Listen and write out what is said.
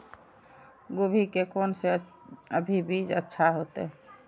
गोभी के कोन से अभी बीज अच्छा होते?